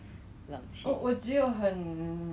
err I can be your Grab driver already